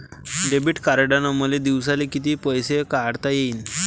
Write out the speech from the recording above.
Debit कार्डनं मले दिवसाले कितीक पैसे काढता येईन?